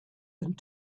and